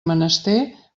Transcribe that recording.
menester